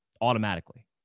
Automatically